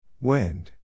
Wind